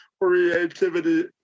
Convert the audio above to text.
creativity